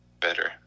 better